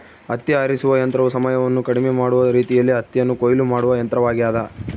ಹತ್ತಿ ಆರಿಸುವ ಯಂತ್ರವು ಸಮಯವನ್ನು ಕಡಿಮೆ ಮಾಡುವ ರೀತಿಯಲ್ಲಿ ಹತ್ತಿಯನ್ನು ಕೊಯ್ಲು ಮಾಡುವ ಯಂತ್ರವಾಗ್ಯದ